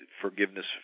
forgiveness